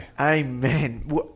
amen